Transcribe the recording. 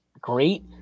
great